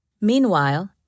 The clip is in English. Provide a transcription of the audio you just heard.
Meanwhile